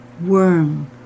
Worm